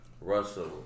Russell